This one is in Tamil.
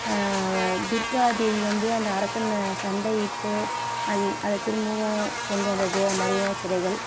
துர்காதேவி வந்து அந்த அரக்கனை சண்டையிட்டு அதை திரும்பவும் கொண்டு வந்தது மாதிரியான சிலைகள்